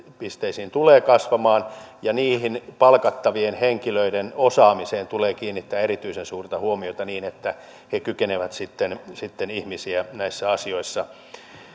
tulee kasvamaan ja niihin palkattavien henkilöiden osaamiseen tulee kiinnittää erityisen suurta huomiota niin että he kykenevät sitten sitten ihmisiä näissä asioissa